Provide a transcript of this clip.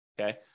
Okay